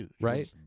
right